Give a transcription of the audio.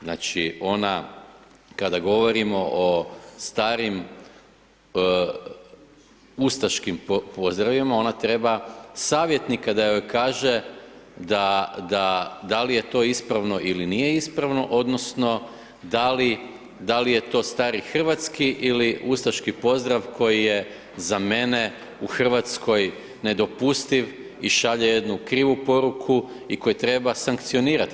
Znači ona kada govorimo o starim ustaškim pozdravima ona treba savjetnika da joj kaže da li je to ispravno ili nije ispravno, odnosno da li je to stari hrvatski ili ustaški pozdrav koji je za mene u Hrvatskoj nedopustiv i šalje jednu krivu poruku i koju treba sankcionirati.